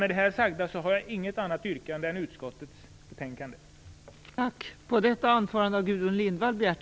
Med det anförda har jag inget annat yrkande än bifall till utskottets hemställan.